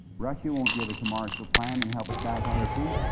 russia won't give us a marshall plan and help us back on our feet,